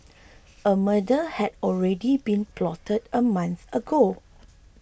a murder had already been plotted a month ago